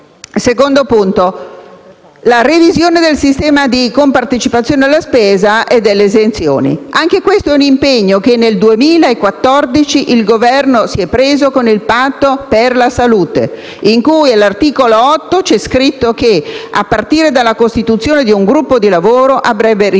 tema riguarda la revisione del sistema di compartecipazione alla spesa e delle esenzioni. Anche questo è un impegno che nel 2014 il Governo si è assunto con il Patto per la salute, in cui, all'articolo 8, è scritto che, a partire dalla costituzione di un gruppo di lavoro, si sarebbe rivisto